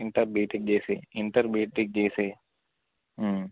inter BTech చేసి inter BTech చేసి